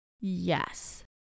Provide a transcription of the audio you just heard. Yes